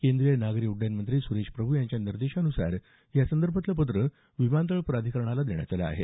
केंद्रीय नागरी उड्डयन मंत्री सुरेश प्रभू यांच्या निर्देशानुसार या संदर्भातलं पत्र विमानतळ प्राधिकरणाला देण्यात आलं आहे